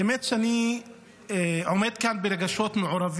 האמת היא שאני עומד כאן ברגשות מעורבים.